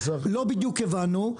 לא בדיוק הבנו,